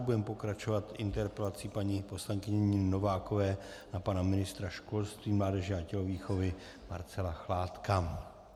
Budeme pokračovat interpelací paní poslankyně Niny Novákové na pana ministra školství, mládeže a tělovýchovy Marcela Chládka.